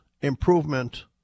improvement